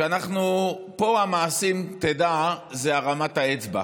שפה המעשים, תדע, הם הרמת האצבע.